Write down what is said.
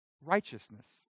righteousness